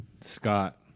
Scott